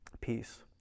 peace